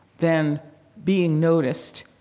then being noticed,